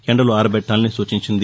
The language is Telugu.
ఎండలో ఆరబెట్టాలని సూచించింది